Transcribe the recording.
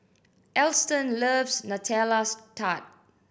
Alston loves Nutella Tart